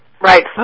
right